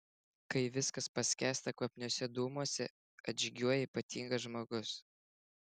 kai viskas paskęsta kvapniuose dūmuose atžygiuoja ypatingas žmogus